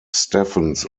stephens